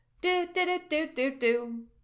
Do-do-do-do-do-do